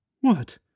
What